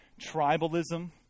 tribalism